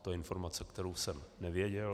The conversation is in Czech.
To je informace, kterou jsem nevěděl.